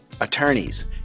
attorneys